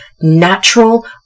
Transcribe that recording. natural